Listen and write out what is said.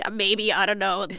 ah maybe, i don't know.